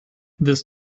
this